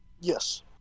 Yes